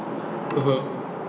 mmhmm